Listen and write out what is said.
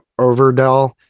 Overdell